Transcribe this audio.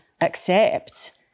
accept